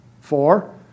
Four